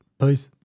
Peace